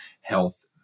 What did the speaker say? health